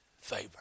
favor